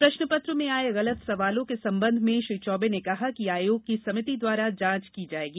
प्रश्नपत्र में आए गलत सवालों के संबंध में श्री चौबे ने कहा कि आयोग की समिति द्वारा जांच की जाएगी